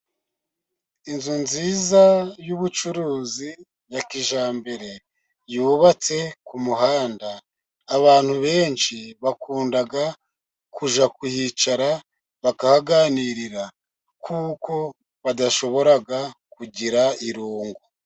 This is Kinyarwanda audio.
Inzu nziza y'ubucuruzi ya kijyambere, yubatse ku muhanda. Abantu benshi bakunda kujya kuhicara bakahaganirira, kuko badashobora kugira irungu.